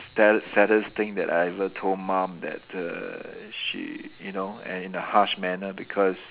that's saddest thing that I've ever told mum that err she you know and in the hush manner because